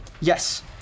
Yes